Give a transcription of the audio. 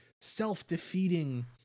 self-defeating